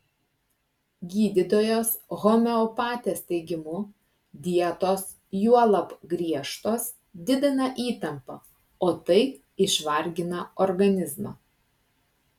gydytojos homeopatės teigimu dietos juolab griežtos didina įtampą o tai išvargina organizmą